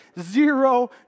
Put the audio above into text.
Zero